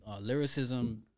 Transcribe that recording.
lyricism